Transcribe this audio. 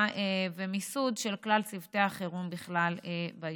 ומיסוד של כלל צוותי החירום בכלל ביישוב.